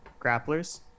grapplers